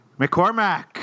McCormack